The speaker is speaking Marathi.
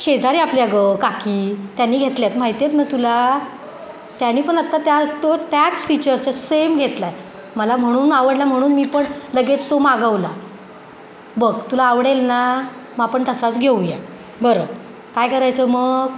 शेजारी आपल्या गं काकी त्यांनी घेतल्या आहेत माहिती आहेत ना तुला त्यांनी पण आत्ता त्या तो त्याच फीचर्सचं सेम घेतला आहे मला म्हणून आवडला म्हणून मी पण लगेच तो मागवला बघ तुला आवडेल ना मग आपण तसाच घेऊया बरं काय करायचं मग